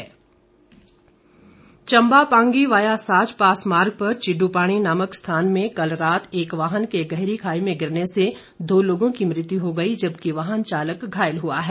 दुर्घटना Chamba Pangi via Sach pass मार्ग पर चिड़ू पाणी नामक स्थान में कल रात एक वाहन के गहरी खाई में गिरने से दो लोगों की मृत्यू हो गई जबकि वाहन चालक घायल हुआ है